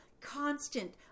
constant